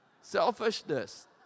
Selfishness